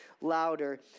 louder